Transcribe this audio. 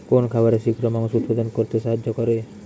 কোন খাবারে শিঘ্র মাংস উৎপন্ন করতে সাহায্য করে?